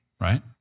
right